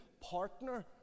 partner